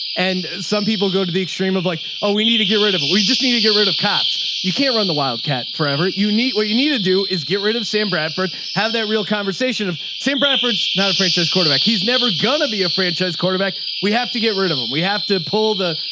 and some people go to the extreme of like, oh, we need to get rid of it. we just need to get rid of cops. you can't run the wildcat forever. you need, what you need to do is get rid of sam bradford, have that real conversation. and sam, bradford's not a franchise quarterback. he's never going to be a franchise quarterback. we have to get rid of him. we have to pull the,